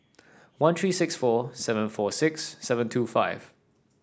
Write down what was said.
one three six four seven four six seven two five